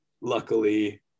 luckily